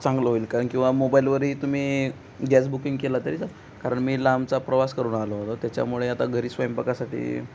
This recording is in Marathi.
चांगलं होईल कारण किंवा मोबाईलवरही तुम्ही गॅस बुकिंग केला तरी का कारण मी लांबचा प्रवास करून आलो होतो त्याच्यामुळे आता घरी स्वयंपाकासाठी